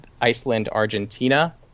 Iceland-Argentina